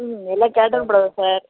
ம் எல்லாம் காட்டன் புடவை தான் சார்